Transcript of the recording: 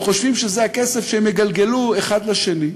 הם חושבים שזה הכסף שהם יגלגלו אחד לשני,